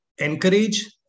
encourage